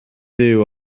fyw